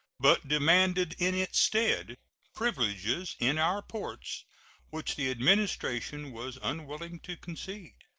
but demanded in its stead privileges in our ports which the administration was unwilling to concede.